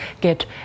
get